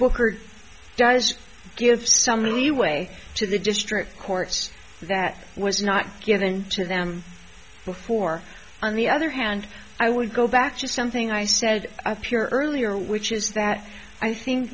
booker does give some leeway to the district courts that was not given to them before on the other hand i will go back to something i said up here earlier which is that i think